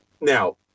now